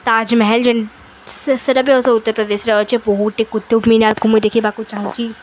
ତାଜ୍ମହଲ୍ ଯେନ୍ ସେଟା ବି ସେ ଉତ୍ତର୍ପ୍ରଦେଶ୍ରେ ଅଛେ ବହୁତ୍ଟେ କୁତୁବମୀନାର୍କୁ ମୁଁ ଦେଖିବାକୁ ଚାହୁଁଚି